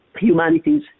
humanities